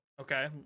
okay